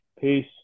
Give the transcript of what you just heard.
Peace